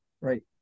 right